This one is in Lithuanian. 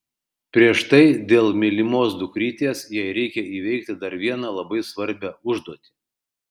prieš tai dėl mylimos dukrytės jai reikia įveikti dar vieną labai svarbią užduotį